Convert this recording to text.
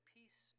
Peace